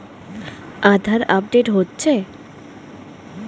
আধার update হচ্ছে?